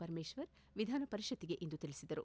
ಪರಮೇಶ್ವರ್ ವಿಧಾನಪರಿಷತ್ತಿಗೆ ಇಂದು ತಿಳಿಸಿದರು